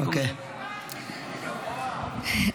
ואם חלילה מישהו ימות,